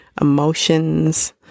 emotions